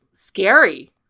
Scary